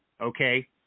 Okay